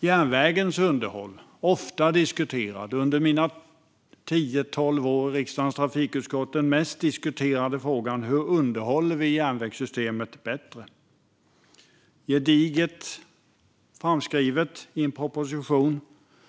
Järnvägens underhåll har ofta diskuterats. Under mina tio tolv år i riksdagens trafikutskott har den mest diskuterade frågan varit: Hur underhåller vi järnvägssystemet bättre? Detta är gediget framskrivet i en proposition